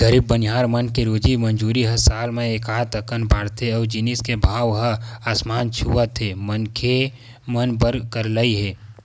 गरीब बनिहार मन के रोजी मंजूरी ह साल म एकात अकन बाड़थे अउ जिनिस के भाव ह आसमान छूवत हे मनखे मन बर करलई हे